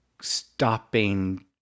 stopping